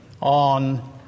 on